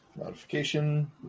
modification